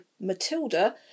Matilda